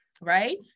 right